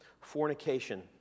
Fornication